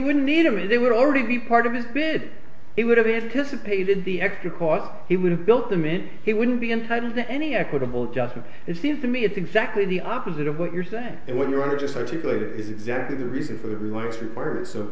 wouldn't need them and they would already be part of his bid he would have anticipated the extra costs he would have built them in he wouldn't be entitled to any equitable justice it seems to me it's exactly the opposite of what you're saying and what you're just articulated is exactly the reason for the remarks required so